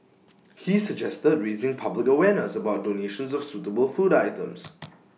he suggested raising public awareness about donations of suitable food items